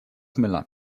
milan